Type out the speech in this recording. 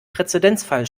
präzedenzfall